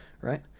right